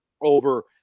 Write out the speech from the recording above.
over